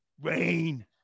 Rain